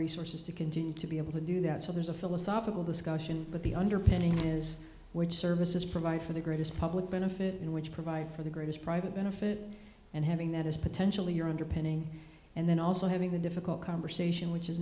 resources to continue to be able to do that so there's a philosophical discussion but the underpinning is which services provide for the greatest public benefit and which provide for the greatest private benefit and having that is potentially your underpinning and then also having a difficult conversation which is